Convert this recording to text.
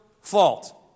fault